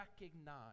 recognize